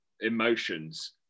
emotions